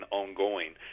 ongoing